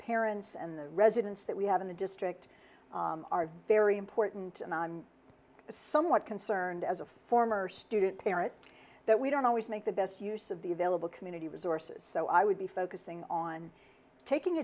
parents and the residents that we have in the district are very important but somewhat concerned as a former student parent that we don't always make the best use of the available community resources so i would be focusing on taking